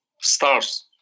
stars